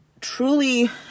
truly